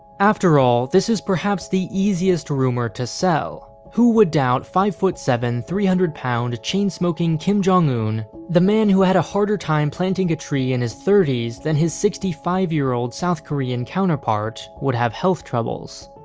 after all, this is perhaps the easiest rumor to sell. who would doubt five foot, seven, three hundred pound, chain-smoking kim jong-un the man who had a harder time planting a tree in his thirty s than his sixty five year old south korean counterpart would have health troubles?